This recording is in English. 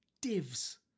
Divs